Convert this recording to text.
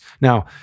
Now